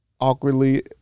awkwardly